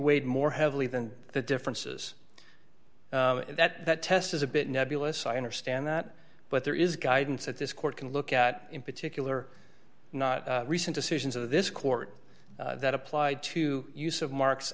weighed more heavily than the differences that test is a bit nebulous i understand that but there is guidance that this court can look at in particular not recent decisions of this court that applied to use of marks